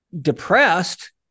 depressed